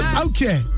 okay